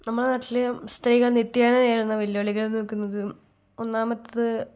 നമ്മളെ നാട്ടില് സ്ത്രീകൾ നിത്യേനെ നേരിടുന്ന വെല്ലുവിളികൾ എന്ന് വയ്ക്കുന്നത് ഒന്നാമത്തത്